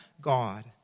God